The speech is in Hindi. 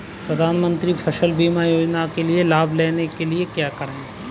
प्रधानमंत्री फसल बीमा योजना का लाभ लेने के लिए क्या करें?